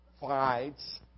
fights